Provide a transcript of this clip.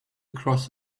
across